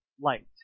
light